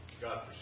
God